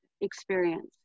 experience